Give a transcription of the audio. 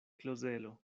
klozelo